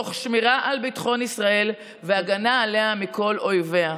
תוך שמירה על ביטחון ישראל והגנה עליה מכל אויביה.